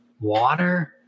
water